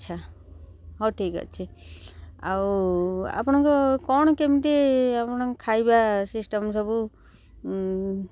ଆଚ୍ଛା ହଉ ଠିକ୍ ଅଛି ଆଉ ଆପଣଙ୍କ କ'ଣ କେମିତି ଆପଣଙ୍କ ଖାଇବା ସିଷ୍ଟମ୍ ସବୁ